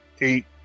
eight